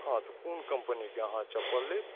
हँ तऽ कोन कम्पनीके अहाँ चप्पल लेब